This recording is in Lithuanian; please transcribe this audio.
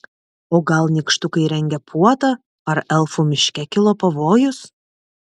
o gal nykštukai rengia puotą ar elfų miške kilo pavojus